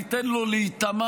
ניתן לו להיטמע,